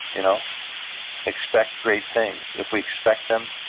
you know expect great things. if we expect them,